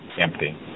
empty